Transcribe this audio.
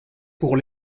pour